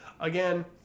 Again